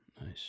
Nice